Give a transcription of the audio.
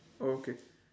okay